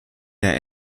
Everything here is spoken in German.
der